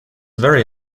very